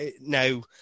Now